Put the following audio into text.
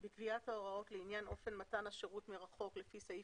(ה)בקביעת ההוראות לעניין אופן מתן השירות מרחוק לפי סעיף,